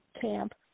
camp